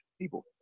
people